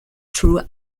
true